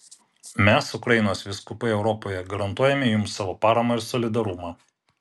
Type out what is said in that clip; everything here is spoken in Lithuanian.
mes ukrainos vyskupai europoje garantuojame jums savo paramą ir solidarumą